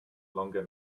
longer